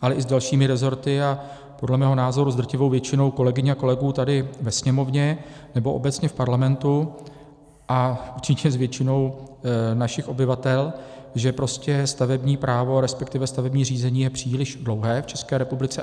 ale i s dalšími resorty a podle mého názoru s drtivou většinou kolegyň a kolegů tady ve Sněmovně, nebo obecně v Parlamentu, a určitě s většinou našich obyvatel, že prostě stavební právo, resp. stavební řízení je příliš dlouhé a komplikované v České republice.